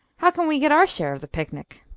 how can we get our share of the picnic?